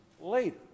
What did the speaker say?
later